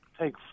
take